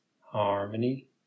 harmony